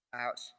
out